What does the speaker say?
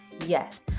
Yes